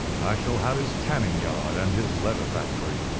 i shall have his tanning yard and his leather factory.